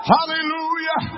Hallelujah